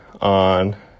on